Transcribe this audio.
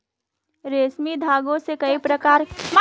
रेशमी धागों से कई प्रकार के सजावटी चीजों को बनाया जाता है